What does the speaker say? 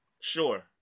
Sure